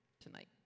tonight